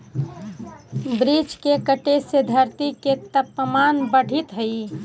वृक्ष के कटे से धरती के तपमान बढ़ित हइ